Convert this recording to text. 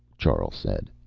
charl said.